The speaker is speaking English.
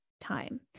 time